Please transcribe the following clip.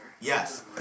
Yes